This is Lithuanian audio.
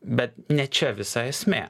bet ne čia visa esmė